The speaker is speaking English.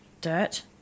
Dirt